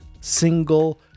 single